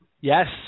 Yes